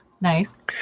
Nice